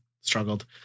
struggled